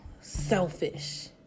selfish